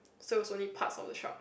so so is only parts of the shark